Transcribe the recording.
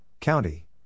County